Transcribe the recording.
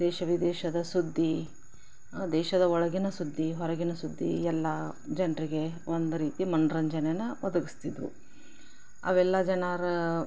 ದೇಶ ವಿದೇಶದ ಸುದ್ದಿ ದೇಶದ ಒಳಗಿನ ಸುದ್ದಿ ಹೊರಗಿನ ಸುದ್ದಿ ಎಲ್ಲ ಜನರಿಗೆ ಒಂದು ರೀತಿ ಮನರಂಜನೆಯ ಒದಗಿಸ್ತಿದ್ವು ಅವೆಲ್ಲ ಜನರ